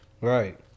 Right